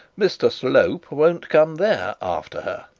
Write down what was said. mr slope won't come there after her